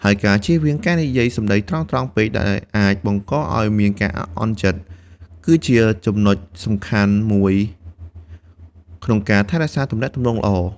ហើយការជៀសវាងការនិយាយសំដីត្រង់ៗពេកដែលអាចបង្កឲ្យមានការអាក់អន់ចិត្ត គឺជាចំណុចសំខាន់មួយក្នុងការថែរក្សាទំនាក់ទំនងល្អ។